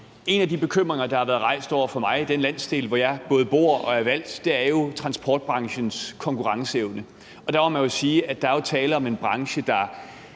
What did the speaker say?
En af de bekymringer, der har været rejst over for mig i den landsdel, hvor jeg både bor og er valgt, er transportbranchens konkurrenceevne. Der må man sige, at der er tale om en branche, der